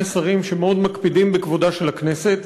שני שרים שמאוד מקפידים בכבודה של הכנסת.